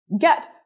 get